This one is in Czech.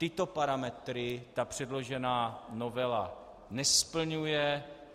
Tyto parametry předložená novela nesplňuje.